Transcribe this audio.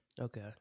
okay